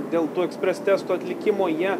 dėl tų ekspres testų atlikimo jie